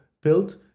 built